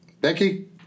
Becky